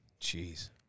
Jeez